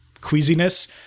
queasiness